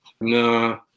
nah